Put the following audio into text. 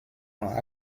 ans